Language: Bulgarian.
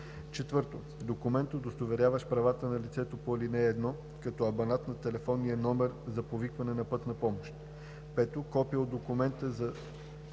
помощ; 4. документ, удостоверяващ правата на лицето по ал. 1 като абонат на телефонния номер за повикване на пътна помощ; 5. копие от документ за